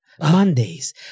Mondays